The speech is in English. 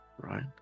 right